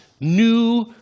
new